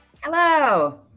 Hello